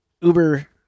Uber